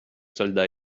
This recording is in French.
soldats